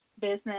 business